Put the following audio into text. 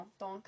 donc